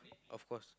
of course